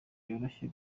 yoroshye